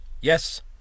Yes